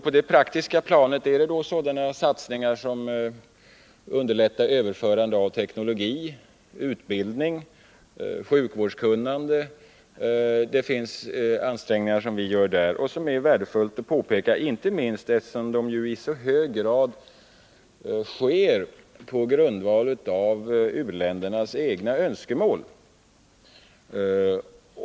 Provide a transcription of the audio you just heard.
På det praktiska planet är det då sådana satsningar som underlättar överförande av teknologi, utbildning, sjukvårdskunnande osv. De ansträngningar som vi gör är värdefulla, inte minst därför att de i så hög grad sker på grundval av u-ländernas egna önskemål.